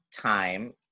time